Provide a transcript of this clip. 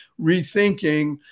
rethinking